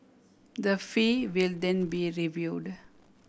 the fee will then be reviewed